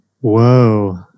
Whoa